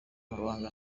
mabanga